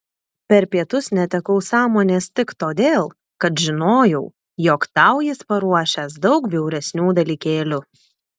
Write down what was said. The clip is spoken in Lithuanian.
per pietus netekau sąmonės tik todėl kad žinojau jog tau jis paruošęs daug bjauresnių dalykėlių